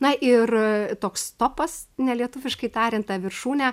na ir toks topas nelietuviškai tariant ta viršūnė